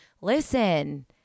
listen